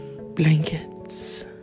blankets